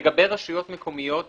לגבי רשויות מקומיות,